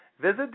Visit